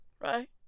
right